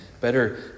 better